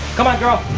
come on, girl.